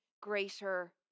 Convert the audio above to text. greater